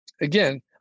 again